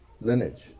lineage